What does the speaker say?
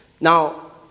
Now